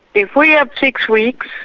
if we have six weeks,